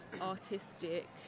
artistic